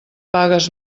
pagues